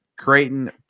Creighton